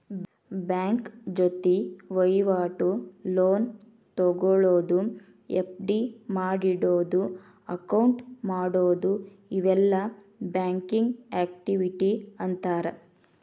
bank ಜೊತಿ ವಹಿವಾಟು, loan ತೊಗೊಳೋದು, ಎಫ್.ಡಿ ಮಾಡಿಡೊದು, ಅಕೌಂಟ್ ಮಾಡೊದು ಇವೆಲ್ಲಾ ಬ್ಯಾಂಕಿಂಗ್ ಆಕ್ಟಿವಿಟಿ ಅಂತಾರ